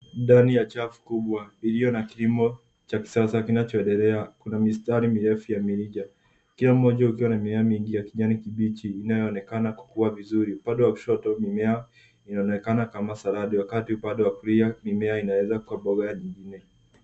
Ndani ya chafu kubwa, iliyo na kilimo cha kisasa kinachoendelea. Kuna mstari mirefu ya mirija kila mmoja ukiwa na milia mingi ya kijani kibichi inayoonekana kukua vizuri. Upande wa kushoto mimea inaonekana kama saladi wakati upande wa kulia mimea inaweza kuwa mboga nyingine.